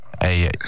hey